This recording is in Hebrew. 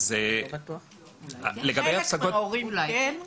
חלק מההורים, אולי.